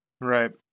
Right